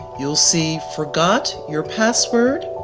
you'll see forgot your password.